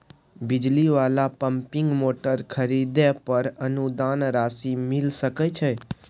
बिजली वाला pumping motor खरीदे पर अनुदान राशि मिल सके छैय?